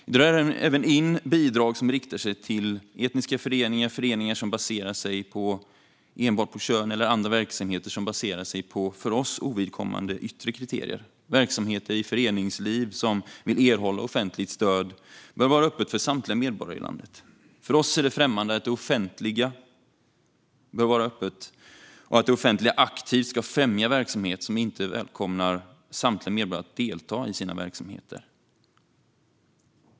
Vi drar även in bidrag som riktar sig till etniska föreningar, föreningar som baserar sig enbart på kön eller andra verksamheter som baserar sig på för oss ovidkommande yttre kriterier. Verksamheter i föreningsliv som vill erhålla offentligt stöd bör vara öppna för samtliga medborgare i landet. För oss är det främmande att det offentliga, som bör vara öppet, aktivt främjar verksamheter som inte välkomnar samtliga medborgare att delta i sina verksamheter.